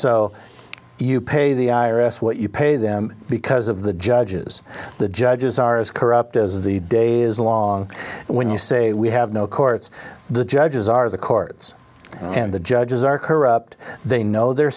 so you pay the i r s what you pay them because of the judges the judges are as corrupt as the day is long when you say we have no courts the judges are the courts and the judges are corrupt they know they're